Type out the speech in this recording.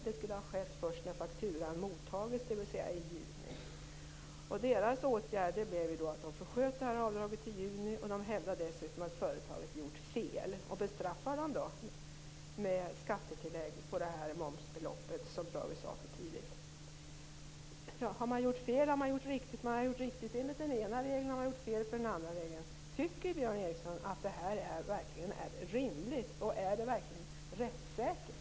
Det skulle ha skett först när fakturan mottagits, dvs. i juni. Deras åtgärd blev att förskjuta avdraget till juni. De hävdade dessutom att företaget gjort fel och bestraffade det med skattetillägg på det momsbelopp som dragits av för tidigt. Har man gjort fel eller rätt? Man har gjort rätt enligt den ena regeln och fel enligt den andra. Tycker Björn Ericson att det här verkligen är rimligt? Är det verkligen rättssäkert?